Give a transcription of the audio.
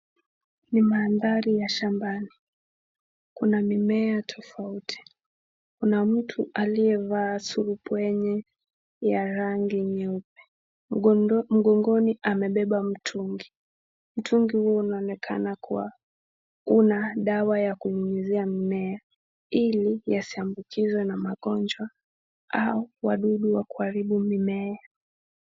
Ni mandhari ya shambani, kuna mimea tofauti, kuna mtu aliyevaa surupwenye ya rangi nyeupe, mgongoni amebeba mtungi. Mtungi hiyo inaonekana kuwa ina dawa ya kunyunyizia mmea, ili yasiambukizwe na magonjwa au wadudu wa kuharibu mimea.